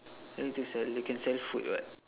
don't need to sell you can sell food what